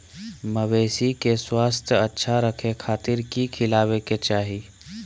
मवेसी के स्वास्थ्य अच्छा रखे खातिर की खिलावे के चाही?